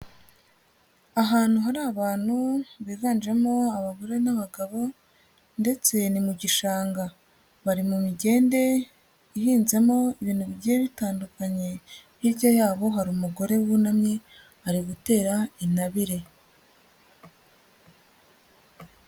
Ahantu hari abantu biganjemo abagore n'abagabo ndetse ni mu gishanga, bari mu migende ihinzemo ibintu bigiye bitandukanye, hirya yabo hari umugore wunamye ari gutera intabire.